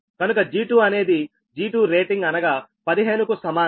కనుక G2 అనేది G2 rating అనగా 15కు సమానము